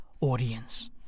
audience